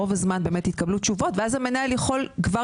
רוב הזמן באמת התקבלו תשובות ואז המנהל כבר